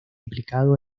implicado